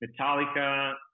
Metallica